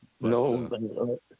No